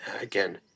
Again